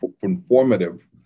informative